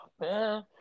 man